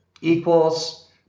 equals